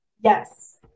Yes